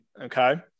okay